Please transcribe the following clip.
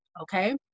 okay